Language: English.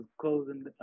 closing